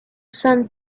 san